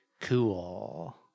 Cool